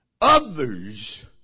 others